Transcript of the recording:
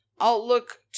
Outlook